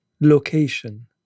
location